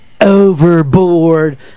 overboard